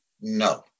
No